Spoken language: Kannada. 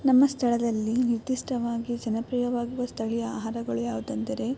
ನಮ್ಮ ಸ್ಥಳದಲ್ಲಿ ನಿರ್ದಿಷ್ಟವಾಗಿ ಜನಪ್ರಿಯವಾಗುವ ಸ್ಥಳೀಯ ಆಹಾರಗಳು ಯಾವ್ದು ಅಂದರೆ